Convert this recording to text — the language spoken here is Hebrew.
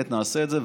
שנעשה את זה,